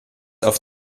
auf